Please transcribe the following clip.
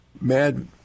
Mad